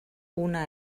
una